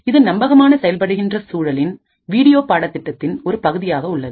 இது நம்பகமான செயல்படுகின்ற சூழலின் வீடியோ பாடத்திட்டத்தின் ஒரு பகுதியாக உள்ளது